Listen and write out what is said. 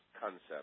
concept